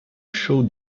show